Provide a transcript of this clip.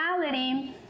reality